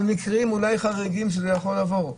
על מקרים אולי חריגים שזה יכול לעבור?